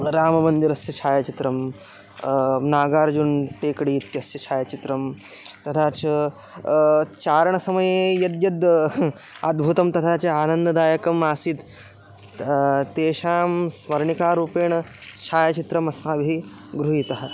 राममन्दिरस्य छायाचित्रं नागार्जुन् टेकडि इत्यस्य छायाचित्रं तथा चारणसमये यद्यद् अद्भुतं तथा च आनन्ददायकम् आसीत् तेषां स्मरणिकारूपेण छायाचित्रम् अस्माभिः गृहीतः